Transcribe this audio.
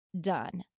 done